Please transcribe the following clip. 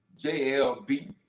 JLB